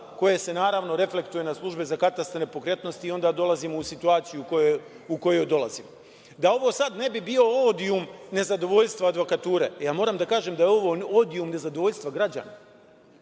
koje se reflektuje na službe za katastar nepokretnosti i onda dolazimo u situaciju u kojoj dolazimo. Da ovo sada ne bio odijum nezadovoljstva advokature, moram da kažem da je ovo odijum nezadovoljstva građana.